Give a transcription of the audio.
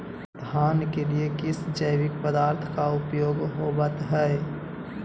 धान के लिए किस जैविक पदार्थ का उपयोग होवत है?